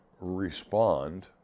respond